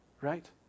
right